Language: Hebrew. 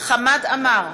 חמד עמאר,